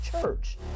church